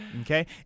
Okay